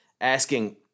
asking